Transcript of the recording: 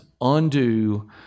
undo